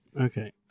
Okay